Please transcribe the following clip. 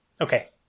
Okay